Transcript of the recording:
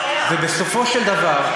ובסופו של דבר,